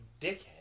dickhead